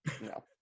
no